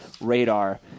radar